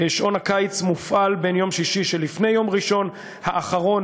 שעון הקיץ מופעל בין יום שישי שלפני יום ראשון האחרון